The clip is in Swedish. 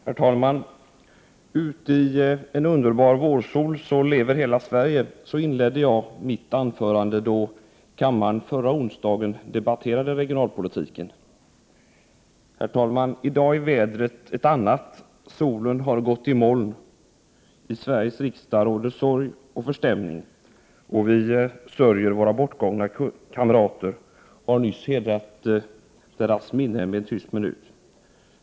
Herr talman! ”Ute i en underbar vårsol lever hela Sverige.” Så inledde jag mitt anförande då kammaren förra onsdagen debatterade regionalpolitiken. I dag är vädret ett annat. Solen har gått i moln. I Sveriges riksdag råder sorg och förstämning, och vi sörjer våra bortgångna kamrater och har nyss hedrat deras minne med en tyst minut.